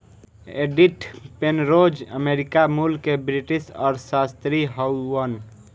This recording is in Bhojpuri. एडिथ पेनरोज अमेरिका मूल के ब्रिटिश अर्थशास्त्री हउवन